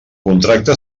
contracte